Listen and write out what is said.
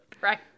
Right